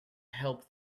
help